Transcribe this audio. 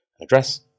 address